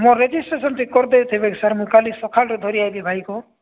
ମୋର ରେଜିଷ୍ଟ୍ରେସନ୍ ଟିକେ କରି ଦେଇଥିବେ କି ସାର୍ ମୁଁ କାଲି ସକାଳଟାରେ ଧରି ଆସିବି ଭାଇକୁ